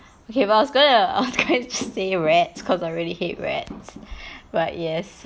okay but I was gonna err going to say rats because I really hate rats but yes